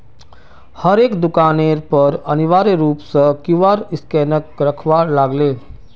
हरेक दुकानेर पर अनिवार्य रूप स क्यूआर स्कैनक रखवा लाग ले